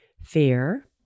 Fear